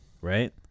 right